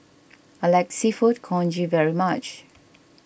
I like Seafood Congee very much